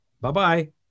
Bye-bye